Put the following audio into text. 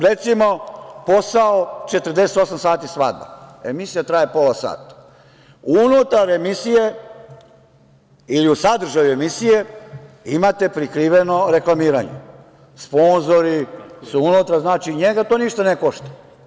Recimo, posao "48 sati svadba", emisija traje posla sata, unutar emisije ili u sadržaju emisije imate prikriveno reklamiranje, sponzori su unutra i njega to ništa ne košta.